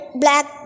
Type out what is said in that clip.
black